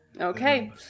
okay